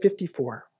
54